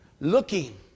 Looking